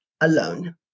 alone